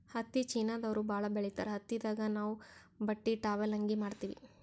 ಹತ್ತಿ ಚೀನಾದವ್ರು ಭಾಳ್ ಬೆಳಿತಾರ್ ಹತ್ತಿದಾಗ್ ನಾವ್ ಬಟ್ಟಿ ಟಾವೆಲ್ ಅಂಗಿ ಮಾಡತ್ತಿವಿ